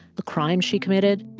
the crimes she committed,